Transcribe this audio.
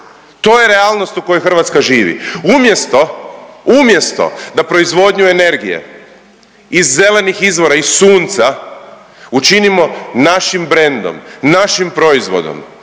To je realnog u kojoj Hrvatska živi. Umjesto, umjesto da proizvodnu energije iz zelenih izvora iz sunca učinimo našim brendom, našim proizvodom,